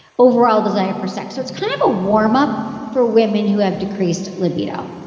overall desire for sex. it's kind of a warm-up for women who have decreased libido